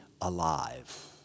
alive